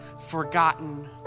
forgotten